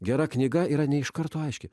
gera knyga yra ne iš karto aiški